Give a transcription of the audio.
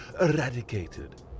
eradicated